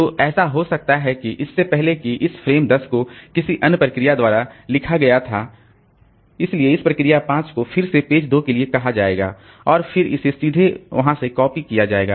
तो ऐसा हो सकता है कि इससे पहले कि इस फ्रेम 10 को किसी अन्य प्रोसेस द्वारा लिखा गया था इसलिए इस प्रोसेस 5 को फिर से पेज 2 के लिए कहा जाएगा और फिर इसे सीधे वहां से कॉपी किया जाएगा